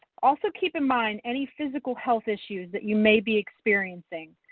also keep in mind, any physical health issues that you may be experiencing.